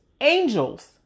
angels